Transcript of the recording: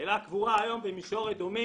אלה קבורה היום במישור אדומים,